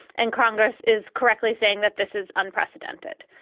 and congress is correctly saying that this is unprecedented.